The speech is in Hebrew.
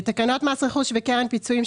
רק בשביל לשמוע את בעזרת השם זה